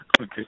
okay